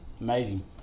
amazing